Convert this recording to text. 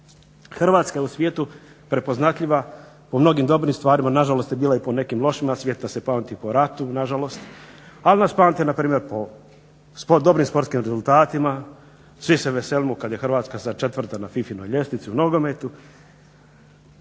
Hrvatska je u svijetu prepoznatljiva po mnogim dobrim stvarima. Na žalost je bila i po nekim lošim, a svijet nas pamti po ratu na žalost. Ali nas pamte na primjer po dobrim sportskim rezultatima. Svi se veselimo kad je Hrvatska sa četvrta na FIFA-inoj ljestvici u nogometu.